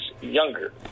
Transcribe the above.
younger